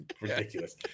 Ridiculous